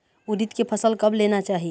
उरीद के फसल कब लेना चाही?